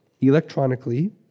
electronically